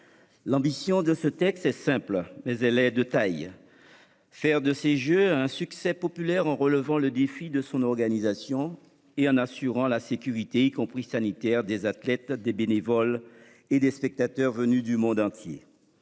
L'ambition de ce texte est simple, mais elle est de taille : faire de ces Jeux un succès populaire en relevant le défi de leur organisation et en assurant la sécurité- y compris sanitaire -des athlètes, des bénévoles et des spectateurs venus du monde entier.